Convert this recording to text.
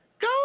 go